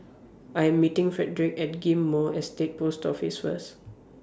I Am meeting Fredrick At Ghim Moh Estate Post Office First